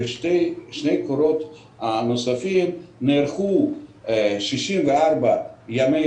בשני הקולות קוראים הקודמים נערכו 64 ימי